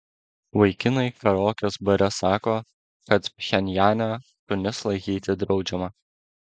vaikinai karaokės bare sako kad pchenjane šunis laikyti draudžiama